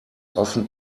often